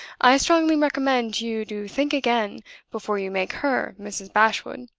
i strongly recommend you to think again before you make her mrs. bashwood.